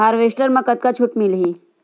Harvester म कतका छूट मिलही?